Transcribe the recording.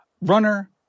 runner